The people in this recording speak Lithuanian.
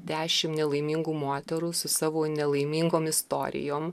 dešimt nelaimingų moterų su savo nelaimingom istorijom